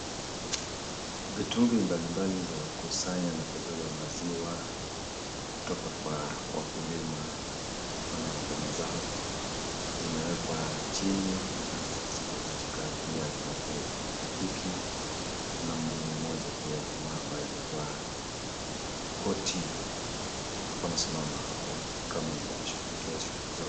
Mitungi mbalimbali za kusanya na kubeba maziwa kutoka kwa wakulima, wana maboma zao. Zinawekwa chini na ziko katika pia zimefungwa kwa pikipiki. Kuna mhudumu mmoja pia jamaa ambaye amevaa koti akiwa amesimama hapo kama ndiye anayeshughulikia shughuli zote.